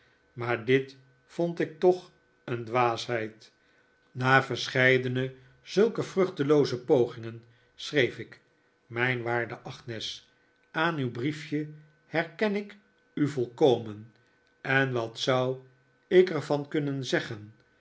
maar dit vond ik toch een dwaasheid na verscheidene zulke vruchtelooze pogingen schreef ik mijn waarde agnes aan uw briefje herken ik u volkomen en wat zou ik er van kunnen zeggen